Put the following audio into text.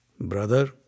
Brother